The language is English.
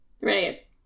Right